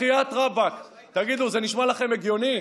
בחייאת רבאק, תגידו, זה נשמע לכם הגיוני?